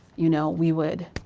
you know, we would,